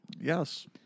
Yes